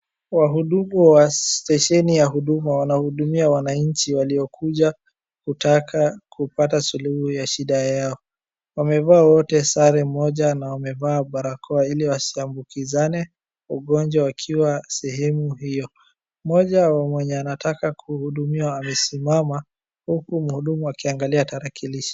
Wahudumu wa stesheni ya huduma wanahudumia wananchi waliokuja kutaka kupata suluhu ya shida yao. Wamevaa wote sare moja na wamevaa barakoa ili wasiambukizane ugonjwa wakiwa sehemu hiyo. Mmoja mwenye anataka kuhudumiwa amesimama huku mhudumu akiangalia tarakilishi.